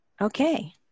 Okay